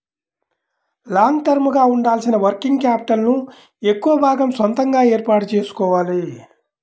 long term గా ఉండాల్సిన working capital ను ఎక్కువ భాగం సొంతగా ఏర్పాటు చేసుకోవాలి